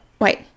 Wait